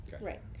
Right